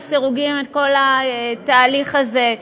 לסירוגין את כל התהליך הזה.